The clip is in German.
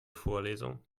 vorlesung